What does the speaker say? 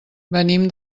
venim